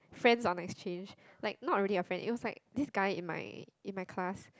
friends on exchange like not really a friend it was like this guy in my in my class